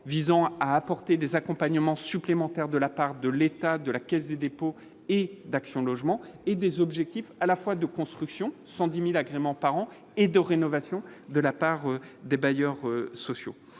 visant à apporter des accompagnements supplémentaires de la part de l'État, de la Caisse des dépôts et d'Action Logement et des objectifs à la fois de construction 110000 agréments par an et de rénovation de la part des bailleurs sociaux